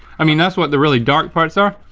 i mean that's what the really dark parts are.